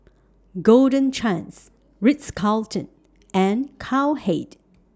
Golden Chance Ritz Carlton and Cowhead